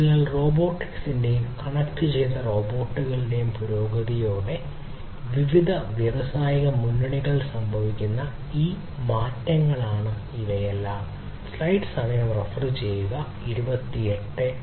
അതിനാൽ റോബോട്ടിക്സിന്റെയും കണക്റ്റുചെയ്ത റോബോട്ടുകളുടെയും പുരോഗതിയോടെ വിവിധ വ്യാവസായിക മുന്നണികളിൽ സംഭവിക്കുന്ന ഈ മുന്നേറ്റങ്ങളാണ് ഇവയെല്ലാം